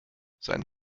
sein